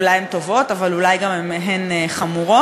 אולי הן טובות אבל אולי הן גם חמורות.